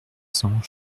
cents